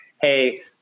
hey